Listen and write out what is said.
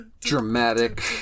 dramatic